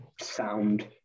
sound